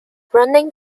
running